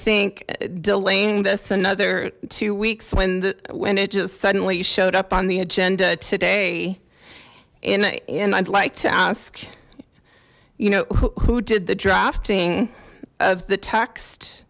think delaying this another two weeks when the when it just suddenly showed up on the agenda today and i'd like to ask you know who did the drafting of the text